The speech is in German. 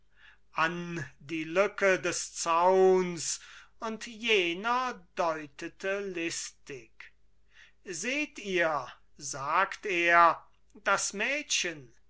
an die lücke des zauns und jener deutete listig seht ihr sagt er das mädchen